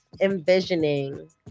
envisioning